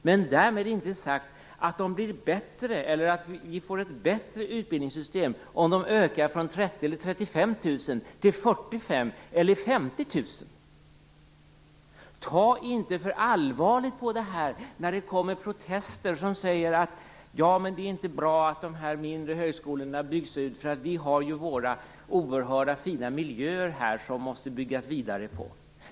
Men därmed inte sagt att vi får ett bättre utbildningssystem om antalet platser där ökar från 30 000 Man skall inte ta för allvarligt på detta när det kommer protester mot att det inte är bra att de mindre högskolorna byggs ut på grund av att de stora universiteten har sina oerhört fina miljöer som det måste byggas vidare på.